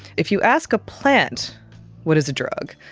if you ask a plant what is a drug,